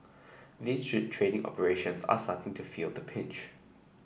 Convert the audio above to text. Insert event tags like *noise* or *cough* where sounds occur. these *unintelligible* trading operations are starting to feel the pinch